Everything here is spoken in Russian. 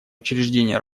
учреждение